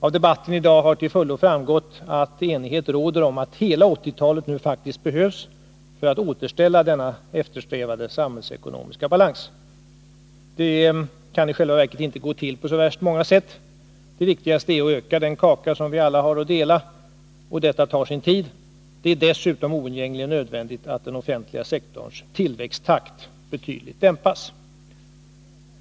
Av debatten i dag har till fullo framgått att enighet råder om att hela 1980-talet faktiskt nu behövs för att återställa denna eftersträvade samhällsekonomiska balans. Det kan i själva verket inte gå till på så värst många sätt. Det viktigaste är att öka den kaka som vi alla har att dela, och detta tar sin tid. Det är dessutom oundgängligen nödvändigt att den offentliga sektorns tillväxttakt betydligt dämpas.